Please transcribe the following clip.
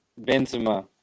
Benzema